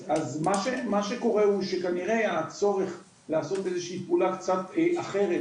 אז מה שקורה הוא שכנראה הצורך לעשות איזו שהיא פעולה קצת אחרת,